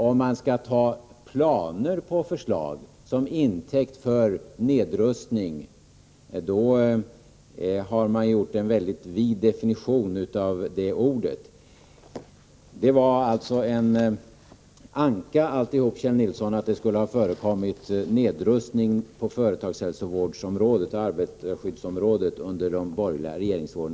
Om man skall ta planer på förslag till intäkt för påståenden om nedrustning, då har man gjort en mycket vid definition av det ordet. Det var alltså en anka, Kjell Nilsson, att det skulle ha förekommit nedrustning på företagshälsovårdsområdet och arbetarskyddsområdet under de borgerliga regeringsåren.